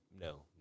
no